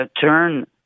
turn